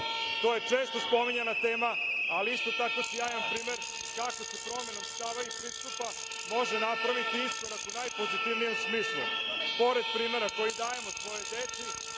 To je često spominjana tema, ali isto tako i sjajan primer kako se promenom stava i pristupa može napraviti iskorak u najpozitivnijem smislu. Pored primera koji dajemo svojoj deci,